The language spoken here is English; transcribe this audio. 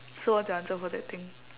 so what's your answer for that thing